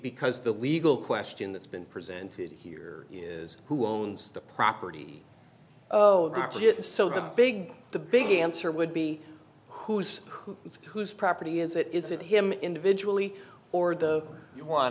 because the legal question that's been presented here is who owns the property so the big the big answer would be who's who whose property is it is it him individually or the you w